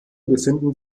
befinden